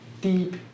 deep